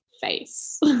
face